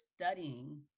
studying